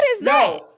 no